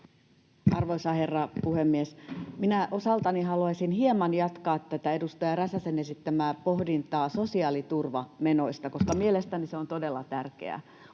Arvoisa herra puhemies! Minä osaltani haluaisin hieman jatkaa edustaja Räsäsen esittämää pohdintaa sosiaaliturvamenoista, koska mielestäni se on todella tärkeää.